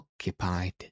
occupied